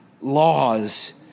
laws